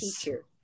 teacher